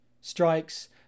strikes